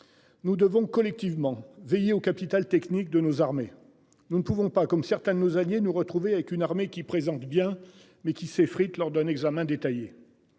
Nous devons collectivement. Veuillez au capital technique de nos armées. Nous ne pouvons pas comme certains de nos alliés, nous retrouver avec une armée qui présente bien mais qui s'effrite lors d'un examen détaillé.